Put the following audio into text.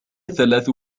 ثلاث